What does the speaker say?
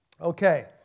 Okay